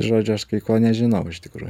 žodžiu aš kai ko nežinau iš tikrųjų